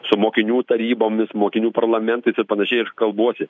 su mokinių tarybomis mokinių parlamentais panašiai ir kalbuosi